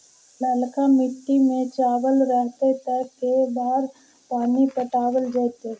ललका मिट्टी में चावल रहतै त के बार पानी पटावल जेतै?